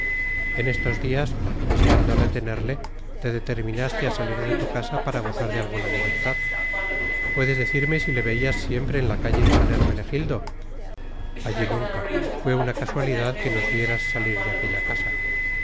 en estos días deseando retenerle te determinaste a salir de tu casa para gozar de alguna libertad puedes decirme si le veías siempre en la calle de san hermenegildo allí nunca fue una casualidad que nos vieras salir de aquella casa